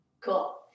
Cool